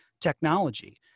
technology